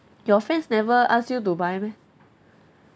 your friends never ask you to buy meh